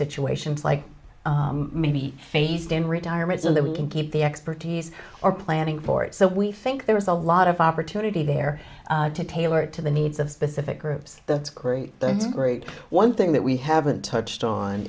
situations like maybe phased in retirement so that we can keep the expertise or planning for it so we think there is a lot of opportunity there to tailor it to the needs of specific groups the great great one thing that we haven't touched on